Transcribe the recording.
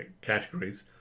categories